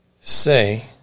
say